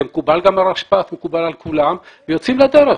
זה מקובל גם על הרשפ"ת ו מקובל על כולם ויוצאים לדרך.